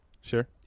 Sure